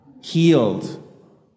healed